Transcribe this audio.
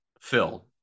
Phil